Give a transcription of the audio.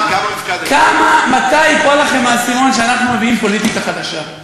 מתי ייפול לכם האסימון שאנחנו מביאים פוליטיקה חדשה,